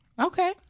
Okay